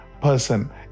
person